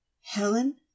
Helen